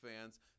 fans